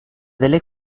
delle